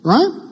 Right